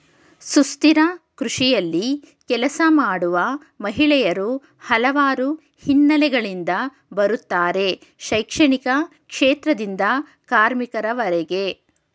ಸುಸ್ಥಿರ ಕೃಷಿಯಲ್ಲಿ ಕೆಲಸ ಮಾಡುವ ಮಹಿಳೆಯರು ಹಲವಾರು ಹಿನ್ನೆಲೆಗಳಿಂದ ಬರುತ್ತಾರೆ ಶೈಕ್ಷಣಿಕ ಕ್ಷೇತ್ರದಿಂದ ಕಾರ್ಮಿಕರವರೆಗೆ